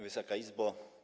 Wysoka Izbo!